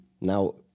Now